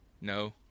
No